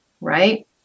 Right